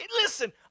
Listen